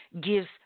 gives